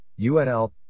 UNL